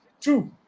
two